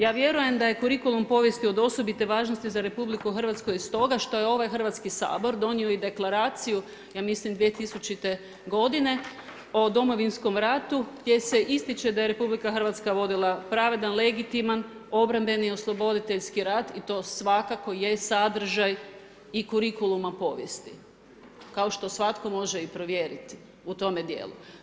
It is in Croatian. Ja vjerujem da je kurikulum povijesti od osobite važnosti za Hrvatsku i stoga što je ovaj Hrvatski sabor donio i deklaraciju ja mislim 2000. godine o Domovinskom ratu, gdje se ističe da je RH vodila pravedan, legitiman, obrambeni, osloboditeljski rat i to svakako je sadržaj i kurikuluma povijesti kao što svatko može i provjeriti u tome dijelu.